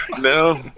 No